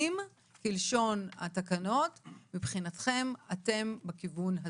כלשון התקנות - מבחינתכם אתם בכיוון הזה.